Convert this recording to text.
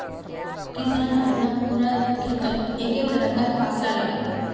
किसान अपना पूरा खेतोत एके तरह कार फासला लगाः